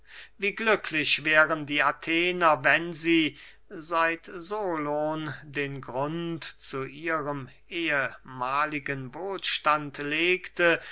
wie glücklich wären die athener wenn sie sich seit solon den grund zu ihrem ehemahligen wohlstand legte